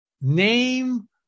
name